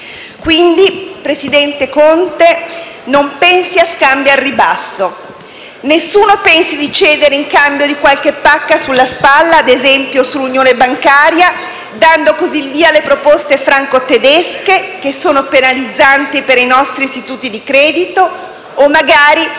Quindi, presidente Conte, non pensi a scambi al ribasso. Nessuno pensi di cedere in cambio di qualche pacca sulla spalla - ad esempio sull'unione bancaria - dando così il via alle proposte franco-tedesche che sono penalizzanti per i nostri istituti di credito, o magari